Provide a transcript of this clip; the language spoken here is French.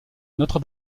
notre